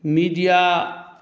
media